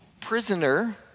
prisoner